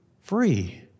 free